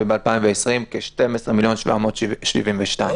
וב-2020 כ-12 מיליון ו-772,000 מזומן.